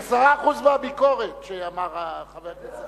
הוא עוד לא אמר 10% מהביקורת שאמר חבר הכנסת,